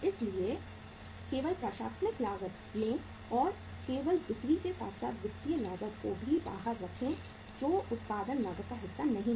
इसलिए केवल प्रशासनिक लागत लें और आप केवल बिक्री के साथ साथ वित्तीय लागत को भी बाहर रखें जो उत्पादन लागत का हिस्सा नहीं है